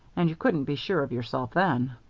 and you couldn't be sure of yourself then.